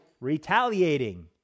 Retaliating